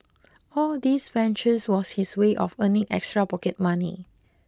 all these ventures was his way of earning extra pocket money